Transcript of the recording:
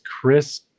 Chris